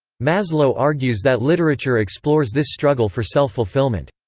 maslow argues that literature explores this struggle for self-fulfillment.